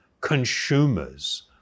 consumers